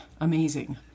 amazing